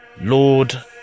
lord